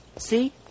see